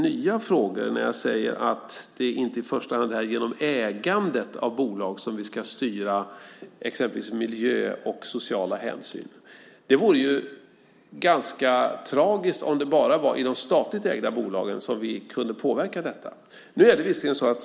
När jag säger att det inte i första hand är genom ägandet av bolag som vi ska styra exempelvis miljöhänsyn och sociala hänsyn tycker Eva-Lena Jansson att mitt svar ger upphov till nya frågor. Det vore ganska tragiskt om vi bara kunde påverka detta i de statligt ägda bolagen.